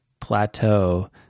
plateau